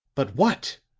but what?